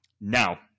Now